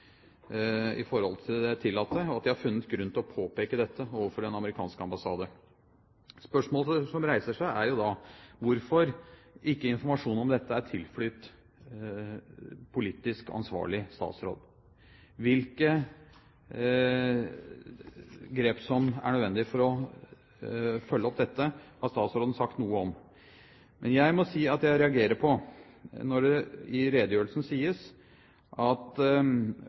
i forhold til det tillatte, og at de har funnet grunn til å påpeke dette overfor den amerikanske ambassade. Spørsmålet er jo da hvorfor ikke informasjonen om dette har tilflytt politisk ansvarlig statsråd. Hvilke grep som er nødvendige for å følge opp dette, har statsråden sagt noe om. Men jeg må si at jeg reagerer når det i redegjørelsen sies at